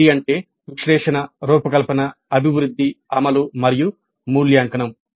ADDIE అంటే విశ్లేషణ రూపకల్పన అభివృద్ధి అమలు మరియు మూల్యాంకనం